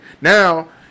now